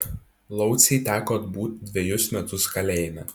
laucei teko atbūt dvejus metus kalėjime